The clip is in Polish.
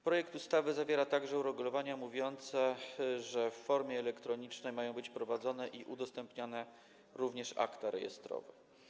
Projekt ustawy zawiera także uregulowania mówiące, że w formie elektronicznej mają być prowadzone i udostępniane również akta rejestrowe.